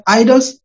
idols